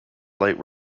light